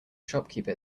shopkeeper